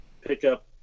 pickup